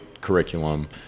curriculum